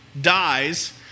dies